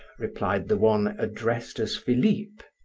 replied the one addressed as philip.